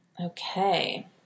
Okay